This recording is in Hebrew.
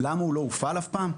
למה הוא לא הופעל אף פעם?